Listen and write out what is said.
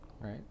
Right